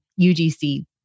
UGC